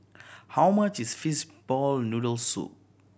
how much is fishball noodle soup